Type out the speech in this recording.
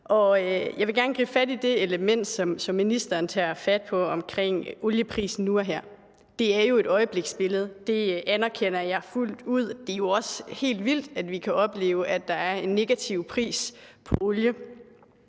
Jeg vil gerne gribe fat i det element, som ministeren tager fat på, nemlig olieprisen nu og her. Det er jo et øjebliksbillede – det anerkender jeg fuldt ud – og det er jo også helt vildt, at vi kan opleve, at der er en negativ pris på olie.